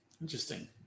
Interesting